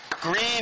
green